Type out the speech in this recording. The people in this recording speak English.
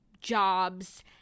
jobs